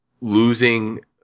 losing